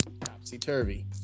topsy-turvy